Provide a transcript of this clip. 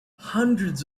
hundreds